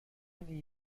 این